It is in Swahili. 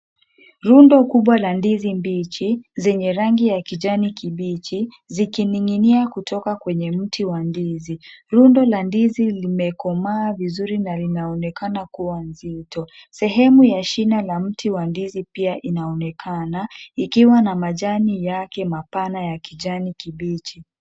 Rundo kubwa la ndizi mbichi zenye rangi ya kijani kibichi zikining'inia kutoka kwenye mti wa ndizi. Rundo la ndizi limekomaa vizuri na lina onekana kuwa nzito. Sehemu ya shina la mti wa ndizi pia inaonekana ikiwa na majani yake mapana ya kijani kibichi.